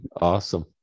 Awesome